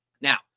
Now